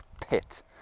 Pit